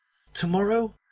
to-morrow,